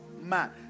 man